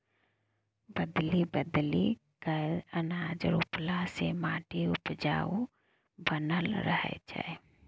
बदलि बदलि कय अनाज रोपला से माटि उपजाऊ बनल रहै छै